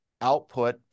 output